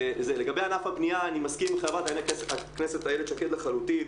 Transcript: לגבי ענף הבנייה אני מסכים עם חברת הכנסת איילת שקד לחלוטין.